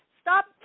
stop